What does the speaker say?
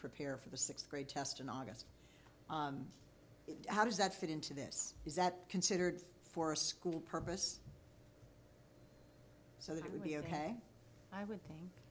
prepare for the sixth grade test in august how does that fit into this is that considered for a school purpose so that it would be ok i would thin